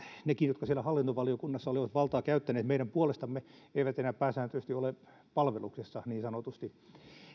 nekään jotka siellä hallintovaliokunnassa olivat valtaa käyttäneet meidän puolestamme eivät enää pääsääntöisesti ole niin sanotusti palveluksessa